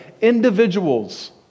individuals